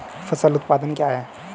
फसल उत्पादन क्या है?